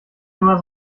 immer